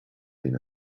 been